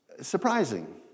surprising